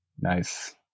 Nice